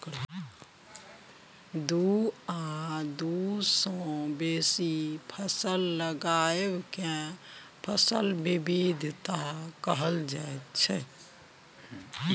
दु आ दु सँ बेसी फसल लगाएब केँ फसल बिबिधता कहल जाइ छै